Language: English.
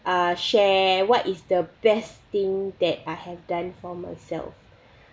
uh share what is the best thing that I have done for myself